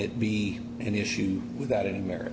it be an issue without any merit